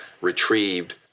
retrieved